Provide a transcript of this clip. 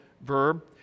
verb